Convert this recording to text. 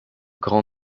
grand